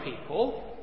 people